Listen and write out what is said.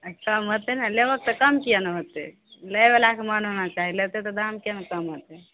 कम होतै नहि लेबहक तऽ कम किएक ने होतै लै वलाके मन होना चाही लेतै तऽ दाम किएक ने कम हेतै